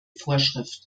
vorschrift